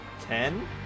Ten